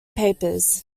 papers